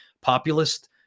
populist